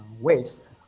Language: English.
waste